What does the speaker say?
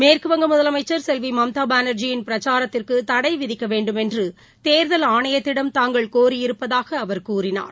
மேற்குவங்க முதலமைச்சர் செல்வி மம்தா பானா்ஜியின் பிரச்சாரத்திற்கு தடை விதிக்க வேண்டுமென்று தேர்தல் ஆணையத்திடம் தாங்கள் கோரியிருப்பதாக அவர் கூறினார்